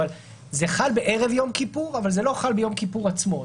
אבל זה חל בערב יום כיפור וזה לא חל ביום כיפור עצמו.